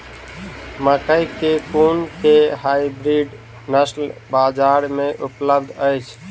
मकई केँ कुन केँ हाइब्रिड नस्ल बजार मे उपलब्ध अछि?